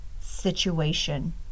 situation